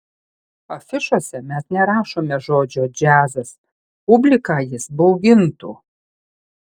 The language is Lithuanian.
afišose mes nerašome žodžio džiazas publiką jis baugintų